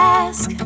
ask